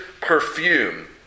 perfume